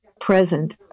present